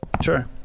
Sure